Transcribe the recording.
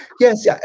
Yes